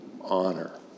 honor